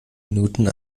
minuten